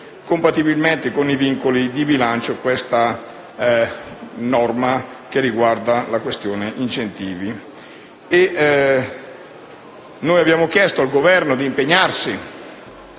compatibilmente con i vincoli di bilancio, questa norma che riguarda la questione incentivi. Noi abbiamo chiesto al Governo di impegnarsi